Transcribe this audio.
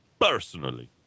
personally